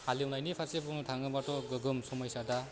हालेवनायनि फारसे बुंनो थाङोबाथ' गोग्गोम समस्या दा